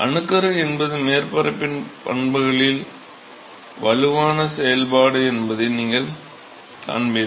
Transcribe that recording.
அணுக்கரு என்பது மேற்பரப்பின் பண்புகளின் வலுவான செயல்பாடு என்பதை நீங்கள் காண்பீர்கள்